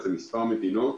יש שם מספר מדינות,